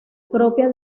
propia